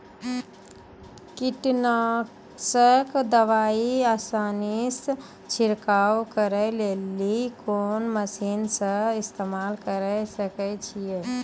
कीटनासक दवाई आसानीसॅ छिड़काव करै लेली लेल कून मसीनऽक इस्तेमाल के सकै छी?